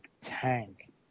tank